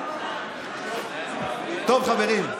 טוב, חברים,